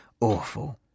Awful